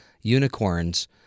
unicorns